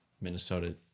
minnesota